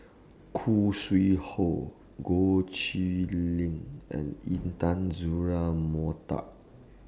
Khoo Sui Hoe Goh Chiew Lye and Intan Azura Mokhtar